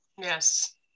Yes